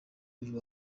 uyu